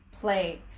play